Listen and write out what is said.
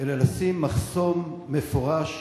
אלא לשים מחסום מפורש,